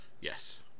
Yes